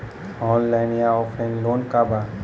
Online या offline loan का बा?